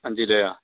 അഞ്ച് കിലോയാണ്